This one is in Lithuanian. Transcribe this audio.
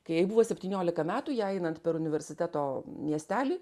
kai jai buvo septyniolika metų jai einant per universiteto miestelį